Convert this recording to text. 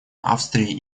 австрии